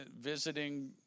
visiting